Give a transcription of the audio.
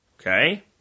okay